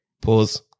Pause